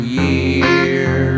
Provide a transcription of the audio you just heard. year